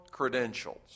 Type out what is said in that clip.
credentials